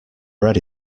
bread